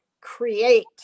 create